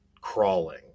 crawling